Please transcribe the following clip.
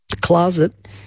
closet